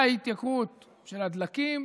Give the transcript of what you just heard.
וההתייקרות של הדלקים